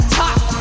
top